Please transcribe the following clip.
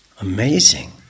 Amazing